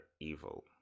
evil